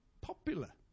popular